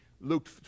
Luke